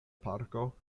parko